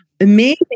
Amazing